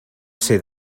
ser